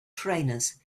trainers